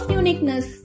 uniqueness